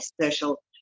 social